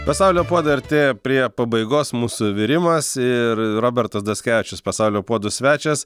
pasaulio puodai artėja prie pabaigos mūsų virimas ir robertas daskevičius pasaulio puodų svečias